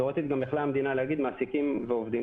תיאורטית גם יכלה המדינה להגיד: מעסיקים ועובדים,